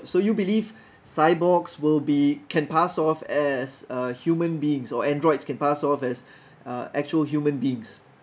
so you believe cyborgs will be can pass off as uh human beings or androids can pass off as uh actual human beings